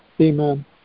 Amen